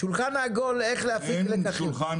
שולחן עגול איך להפיק לקחים?